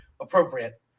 appropriate